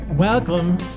Welcome